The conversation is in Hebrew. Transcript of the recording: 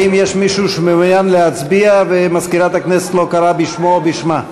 האם יש מישהו שמעוניין להצביע ומזכירת הכנסת לא קראה בשמו או בשמה?